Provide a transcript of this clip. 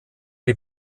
die